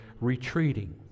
retreating